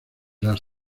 las